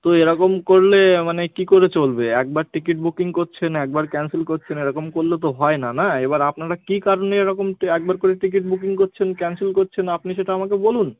তো এরকম করলে মানে কী করে চলবে একবার টিকিট বুকিং করছেন একবার ক্যানসেল করছেন এরকম করলে তো হয় না না এবার আপনারা কী কারণে এরকম কী একবার করে টিকিট বুকিং করছেন ক্যানসেল করছেন আপনি সেটা আমাকে বলুন